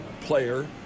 player